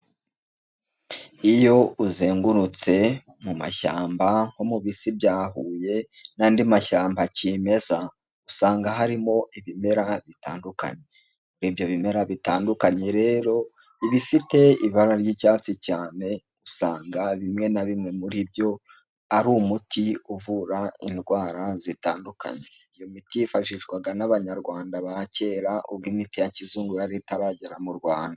Iyo uzengurutse mu mashyamba nko mu bisi bya Huye n'andi mashyamba kimeza, usanga harimo ibimera bitandukanye. Muri ibyo bimera bitandukanye rero, ibifite ibara ry'icyatsi cyane usanga bimwe na bimwe muri byo, ari umuti uvura indwara zitandukanye. Iyo miti yifashishwaga n'Abanyarwanda ba kera, ubwo imiti ya kizungu yari itaragera mu Rwanda.